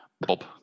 Bob